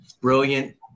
Brilliant